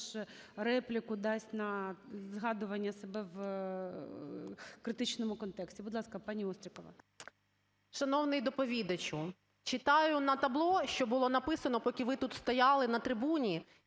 також репліку дасть на згадування себе в критичному контексті. Будь ласка, пані Острікова. 13:51:28 ОСТРІКОВА Т.Г. Шановний доповідачу, читаю на табло, що було написано, поки ви тут стояли на трибуні